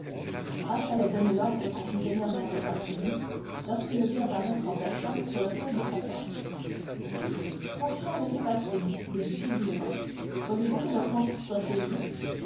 franz allait donner l'ordre qu'on fît venir maître pastrini lorsqu'il le vit apparaître en personne sur le seuil de sa porte mon cher monsieur pastrini lui dit-il vivement croyez-vous que le comte soit chez lui